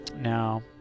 Now